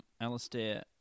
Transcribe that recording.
Alistair